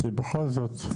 כי בכל זאת,